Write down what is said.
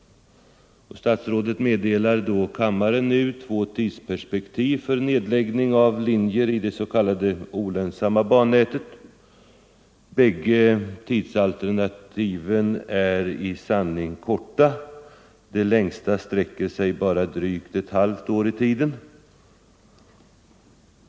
Statsrådet meddelar nu kammaren två tidsperspektiv för nedläggning av linjer i det s.k. olönsamma bannätet. Bägge tidsperspektiven är i sanning korta; det längsta sträcker sig bara drygt ett halvt år i tiden.